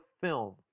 film